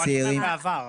אני אומר בעבר.